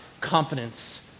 confidence